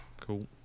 Cool